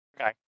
Okay